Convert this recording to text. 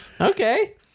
Okay